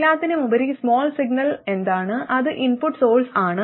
എല്ലാത്തിനുമുപരി small signal എന്താണ് അത് ഇൻപുട്ട് സോഴ്സാണ്